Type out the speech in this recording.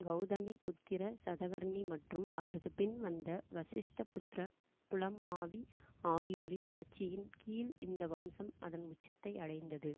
கௌதமிபுத்திர சதகர்ணி மற்றும் அவருக்குப் பின் வந்த வசிஷ்டபுத்ர புலமாவி ஆகியோரின் ஆட்சியின் கீழ் இந்த வம்சம் அதன் உச்சத்தை அடைந்தது